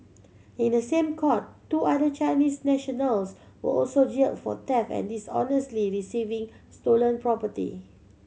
in the same court two other Chinese nationals were also jailed for theft and dishonestly receiving stolen property